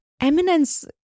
Eminence